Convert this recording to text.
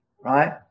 right